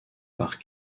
par